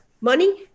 money